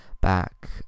back